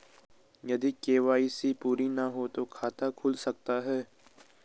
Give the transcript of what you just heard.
यदि के.वाई.सी पूरी ना हो तो खाता खुल सकता है?